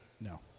No